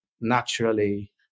naturally